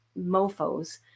mofos